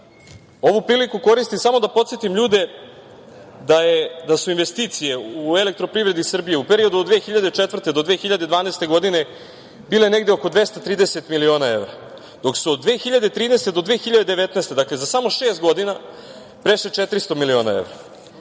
priliku koristim samo da podsetim ljude da su investicije u Elektroprivredi Srbije, u periodu od 2004. do 2012. godine, bile negde oko 230 miliona evra, dok su od 2013. do 2019. godine, dakle, za samo šest godina, prešle 400 miliona evra.